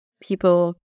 people